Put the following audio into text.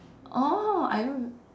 oh I don't